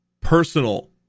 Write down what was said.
personal